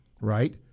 right